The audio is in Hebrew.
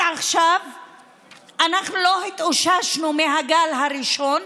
עכשיו אנחנו לא התאוששנו מהגל הראשון,